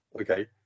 Okay